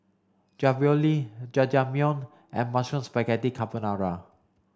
Ravioli Jajangmyeon and Mushroom Spaghetti Carbonara